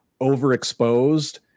overexposed